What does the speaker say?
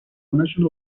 خونشون